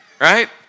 Right